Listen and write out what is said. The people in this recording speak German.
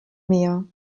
mir